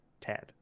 Ted